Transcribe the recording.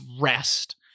rest